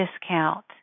discount